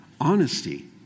Honesty